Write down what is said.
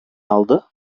aldı